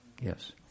Yes